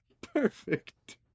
Perfect